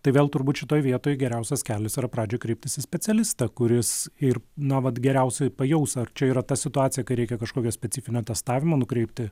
tai vėl turbūt šitoj vietoj geriausias kelias yra pradžioj kreiptis į specialistą kuris ir na vat geriausiai pajaus ar čia yra ta situacija kai reikia kažkokio specifinio testavimo nukreipti